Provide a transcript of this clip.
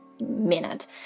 minute